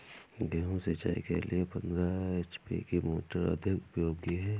गेहूँ सिंचाई के लिए पंद्रह एच.पी की मोटर अधिक उपयोगी है?